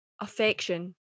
affection